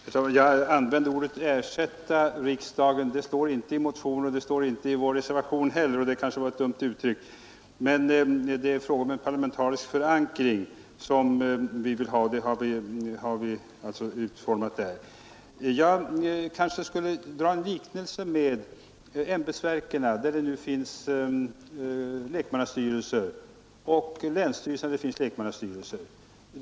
Herr talman! Jag använde felaktigt uttrycket ersätta riksdagen, men det står inte i motionen och inte heller i vår reservation. Vad vi vill ha är emellertid en parlamentarisk förankring. Det har vi utformat där. Jag kanske kan ta en liknelse med ämbetsverken och länsstyrelserna. På båda ställena har man lekmannastyrelser.